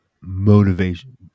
motivation